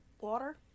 Water